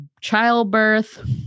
childbirth